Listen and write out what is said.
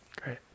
Great